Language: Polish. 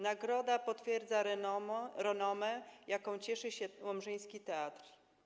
Nagroda potwierdza renomę, jaką cieszy się łomżyński teatr.